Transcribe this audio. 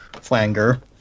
Flanger